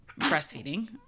breastfeeding